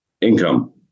income